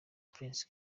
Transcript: prince